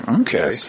Okay